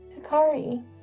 Hikari